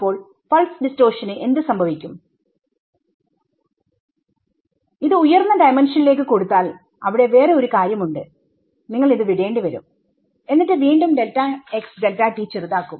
അപ്പോൾ പൾസ് ഡിസ്ട്ടോർഷന്എന്ത് സംഭവിക്കും ഇത് ഉയർന്ന ഡൈമെൻഷനിലേക്ക് കൊടുത്താൽ അവിടെ വേറെ ഒരു കാര്യം ഉണ്ട് നിങ്ങൾ ഇത് വിടേണ്ടി വരും എന്നിട്ട് വീണ്ടും ചെറുതാക്കും